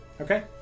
Okay